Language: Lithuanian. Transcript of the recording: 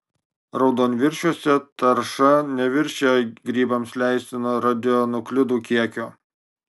raudonviršiuose tarša neviršija grybams leistino radionuklidų kiekio